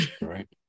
Right